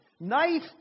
Knife